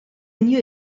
new